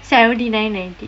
seventy nine ninety